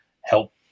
help